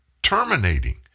Terminating